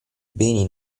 beni